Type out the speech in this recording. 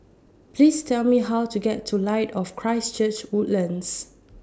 Please Tell Me How to get to Light of Christ Church Woodlands